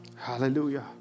Hallelujah